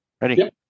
Ready